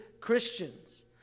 Christians